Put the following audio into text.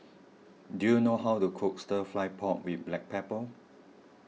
do you know how to cook Stir Fry Pork with Black Pepper